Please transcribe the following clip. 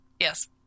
Yes